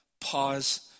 pause